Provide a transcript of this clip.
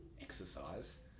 exercise